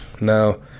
Now